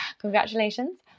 congratulations